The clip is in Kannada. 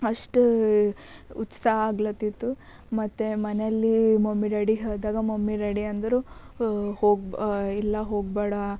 ಅಷ್ಟು ಉತ್ಸಾಹ ಆಗ್ಲತಿತ್ತು ಮತ್ತು ಮನೆಯಲ್ಲಿ ಮಮ್ಮಿ ಡ್ಯಾಡಿಗೆ ಹೇಳಿದಾಗ ಮಮ್ಮಿ ಡ್ಯಾಡಿ ಅಂದರು ಹೋಗ ಬ್ ಇಲ್ಲ ಹೋಗಬೇಡ